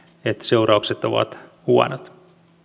että seuraukset ovat huonot